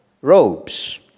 robes